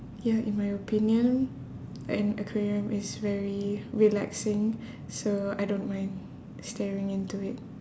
ya in my opinion an aquarium is very relaxing so I don't mind staring into it